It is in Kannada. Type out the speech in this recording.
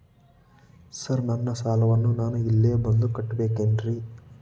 ಸರ್ ನನ್ನ ಸಾಲವನ್ನು ನಾನು ಇಲ್ಲೇ ಬಂದು ಕಟ್ಟಬೇಕೇನ್ರಿ?